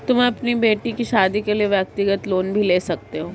तुम अपनी बेटी की शादी के लिए व्यक्तिगत लोन भी ले सकती हो